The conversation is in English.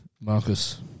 Marcus